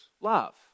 love